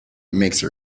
mixer